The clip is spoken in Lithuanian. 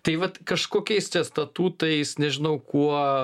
tai vat kažkokiais tie statutais nežinau kuo